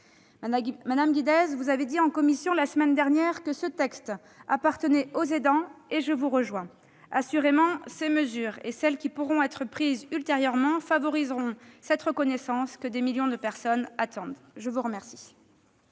Madame Guidez, vous avez dit en commission la semaine dernière que ce texte appartenait aux aidants, et je vous rejoins sur ce point. Assurément, ces mesures et celles qui pourront être prises ultérieurement favoriseront la reconnaissance que des millions de personnes attendent. La parole